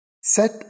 set